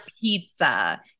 pizza